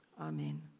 Amen